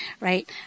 right